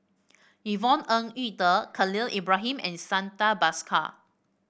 Yvonne Ng Uhde Khalil Ibrahim and Santha Bhaskar